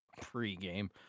pre-game